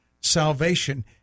salvation